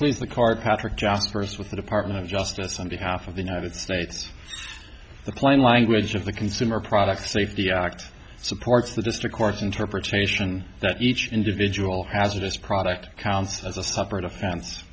please the car patrick jost first with the department of justice on behalf of the united states the plain language of the consumer product safety act supports the district court's interpretation that each individual hazardous product council is a separate offens